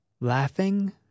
laughing